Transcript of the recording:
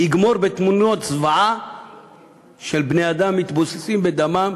יגמור בתמונות זוועה של בני-אדם מתבוססים בדמם,